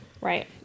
right